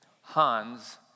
Hans